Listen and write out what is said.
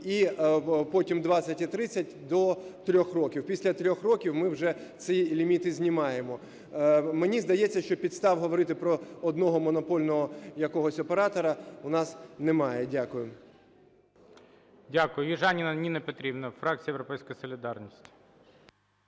і потім 20, і 30, до 3 років, після 3 років ми вже ці ліміти знімаємо. Мені здається, що підстав говорити про одного монопольного якогось оператора у нас немає. Дякую.